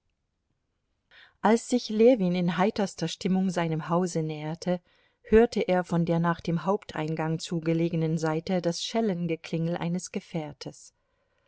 als sich ljewin in heiterster stimmung seinem hause näherte hörte er von der nach dem haupteingang zu gelegenen seite das schellengeklingel eines gefährtes